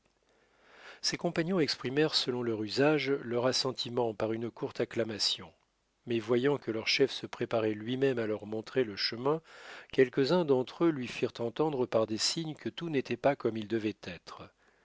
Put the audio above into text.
ses compagnons exprimèrent selon leur usage leur assentiment par une courte acclamation mais voyant que leur chef se préparait lui-même à leur montrer le chemin quelques-uns d'entre eux lui firent entendre par des signes que tout n'était pas comme il devait être